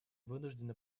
вынуждены